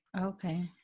Okay